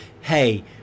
hey